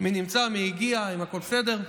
מי נמצא, מי הגיע, אם הכול בסדר.